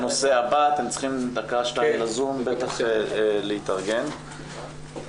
הישיבה ננעלה בשעה 11:30.